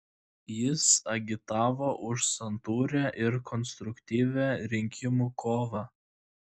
jis agitavo už santūrią ir konstruktyvią rinkimų kovą